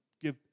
give